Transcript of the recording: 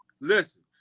Listen